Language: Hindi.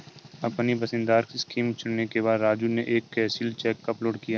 अपनी पसंदीदा स्कीम चुनने के बाद राजू ने एक कैंसिल चेक अपलोड किया